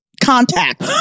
contact